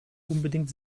unbedingt